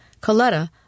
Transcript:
Coletta